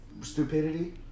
Stupidity